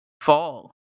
fall